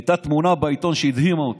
הייתה תמונה בעיתון שהדהימה אותי: